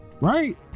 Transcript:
right